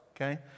okay